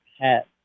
hat